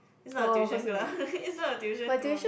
it's not a tuition class it's not a tuition for me